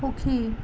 সুখী